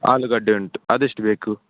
ಆಲೂಗಡ್ಡೆ ಉಂಟು ಅದು ಎಷ್ಟು ಬೇಕು